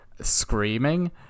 screaming